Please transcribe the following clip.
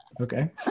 okay